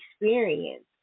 experience